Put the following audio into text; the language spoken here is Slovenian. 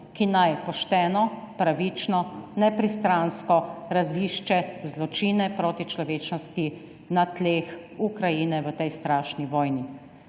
ki naj pošteno, pravično, nepristransko razišče zločine proti človečnosti na tleh Ukrajine v tej strašni vojni.